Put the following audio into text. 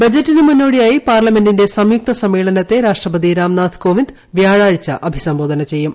ബജറ്റിനു മുന്നോടിയായി പാർല മെന്റിന്റെ സംയുക്ത സമ്മേളനത്തെ രാഷ്ട്രപതി രാംനാഥ് കോവിന്ദ് വ്യാഴാഴ്ച അഭിസംബോധന ചെയ്യും